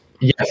Yes